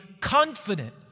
confident